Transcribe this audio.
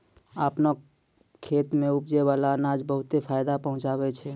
आपनो खेत सें उपजै बाला अनाज बहुते फायदा पहुँचावै छै